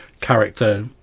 character